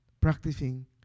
practicing